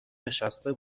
نشسته